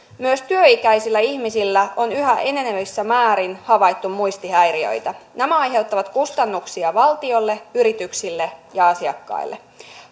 myös työikäisillä ihmisillä on yhä enenevässä määrin havaittu muistihäiriöitä nämä aiheuttavat kustannuksia valtiolle yrityksille ja asiakkaille